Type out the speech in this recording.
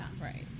right